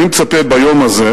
אני מצפה ביום הזה,